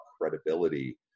credibility